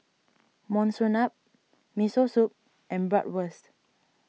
Monsunabe Miso Soup and Bratwurst